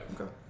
Okay